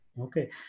Okay